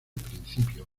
principio